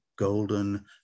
golden